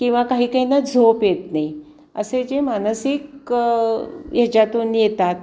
किंवा काही काहींना झोप येत नाही असे जे मानसिक ह्याच्यातून येतात